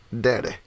daddy